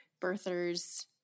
birther's